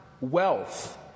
Wealth